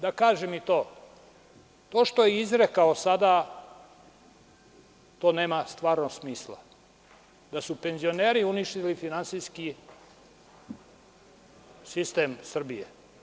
Da kažem i to, to što je izrekao sada, to nema smisla, da su penzioneri uništili finansijski sistem Srbije.